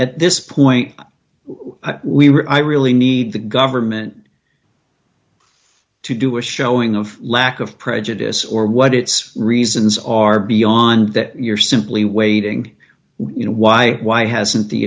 at this point we were i really need the government to do a showing of lack of prejudice or what its reasons are beyond that you're simply waiting you know why why hasn't the